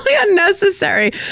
unnecessary